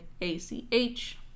A-C-H